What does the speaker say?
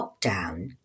lockdown